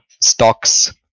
stocks